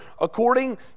according